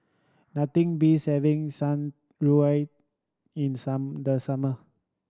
nothing beats having Shan Rui in some the summer